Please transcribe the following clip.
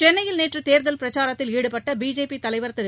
சென்னையில் நேற்று தேர்தல் பிரச்சாரத்தில் ஈடுபட்ட பிஜேபி தலைவர் திரு